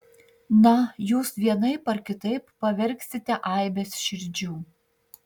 na jūs vienaip ar kitaip pavergsite aibes širdžių